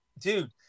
dude